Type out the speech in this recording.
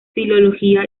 filología